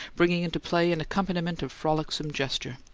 bringing into play an accompaniment of frolicsome gesture.